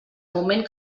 moment